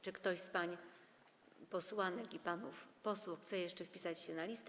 Czy ktoś z pań posłanek i panów posłów chce jeszcze wpisać się na listę?